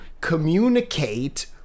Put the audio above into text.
communicate